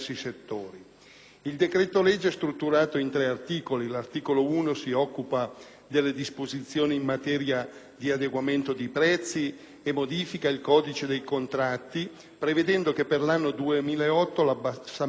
delle disposizioni in materia di adeguamento di prezzi e modifiche al codice dei contratti, prevedendo per l'anno 2008 l'abbassamento dal 10 all'8 per cento della variazione dei singoli prezzi dei materiali da costruzione